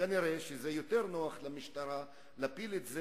כנראה זה יותר נוח למשטרה להפיל את זה,